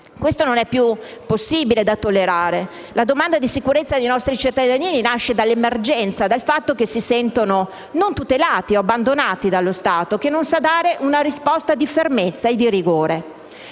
Questo non è più tollerabile. La domanda di sicurezza dei nostri cittadini nasce dall'emergenza e dal fatto che si sentono non tutelati e abbandonati dallo Stato, che non sa dare una risposta di fermezza e di rigore.